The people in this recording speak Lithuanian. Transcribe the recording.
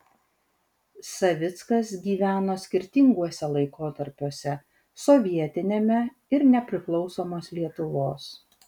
savickas gyveno skirtinguose laikotarpiuose sovietiniame ir nepriklausomos lietuvos